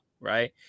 right